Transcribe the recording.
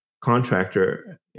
contractor